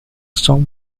son